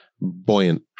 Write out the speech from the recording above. Buoyant